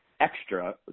extra